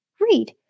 read